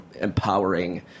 empowering